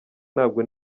nabwo